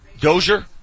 Dozier